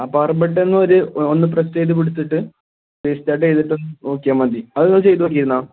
ആ power button ഒരു ഒന്ന് പ്രസ് ചെയ്ത് പിടിച്ചിട്ട് റീസ്റ്റാർട്ട് ചെയ്തിട്ട് ഒന്ന് നോക്കിയാൽ മതി അത് ചെയ്ത് നോക്കിയിരുന്നോ